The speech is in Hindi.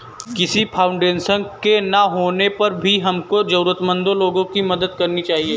किसी फाउंडेशन के ना होने पर भी हमको जरूरतमंद लोगो की मदद करनी चाहिए